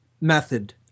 method